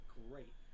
great